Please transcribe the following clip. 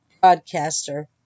broadcaster